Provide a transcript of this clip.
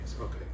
Okay